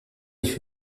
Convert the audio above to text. ich